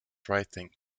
writing